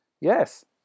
Yes